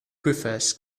prefers